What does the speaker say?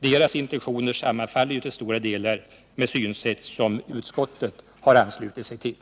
Deras intentioner sammanfaller ju till stora delar med synsätt som utskottet anslutit sig till.